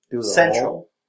central